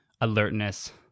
alertness